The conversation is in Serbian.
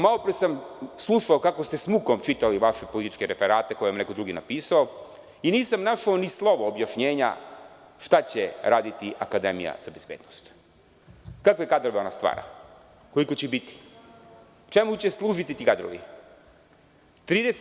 Malo pre sam slušao kako ste sa mukom čitali vaše političke referate koje vam je neko drugi napisao i nisam našao ni slovo objašnjenja šta će raditi akademija za bezbednost, koliko će biti, čemu će služiti ti kadrovi u njoj?